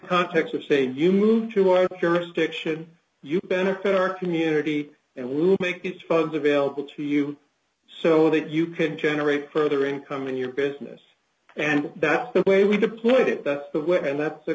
context of saying you move to our jurisdiction you benefit our community and luke make these funds available to you so that you can generate further income in your business and that's the way we deployed it that's the way and that's the